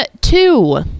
two